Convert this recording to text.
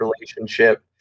relationship